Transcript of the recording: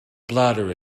bladder